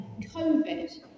COVID